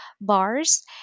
bars